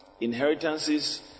Inheritances